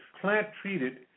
plant-treated